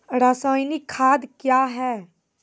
रसायनिक खाद कया हैं?